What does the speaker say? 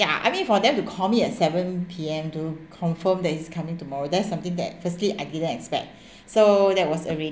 ya I mean for them to call me at seven P_M to confirm that is coming tomorrow that's something that firstly I didn't expect so that was alrea~